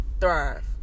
thrive